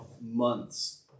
months